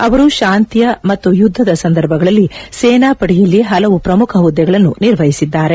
ಅವರು ಶಾಂತಿಯ ಮತ್ತು ಯುದ್ದದ ಸಂದರ್ಭಗಳಲ್ಲಿ ಸೇನಾಪಡೆಯಲ್ಲಿ ಹಲವು ಶ್ರಮುಖ ಹುದ್ದೆಗಳನ್ನು ನಿರ್ವಹಿಸಿದ್ದಾರೆ